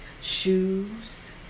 Shoes